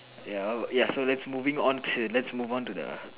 ya ya so lets moving on to lets move on to the